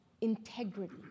integrity